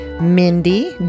Mindy